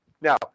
Now